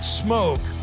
smoke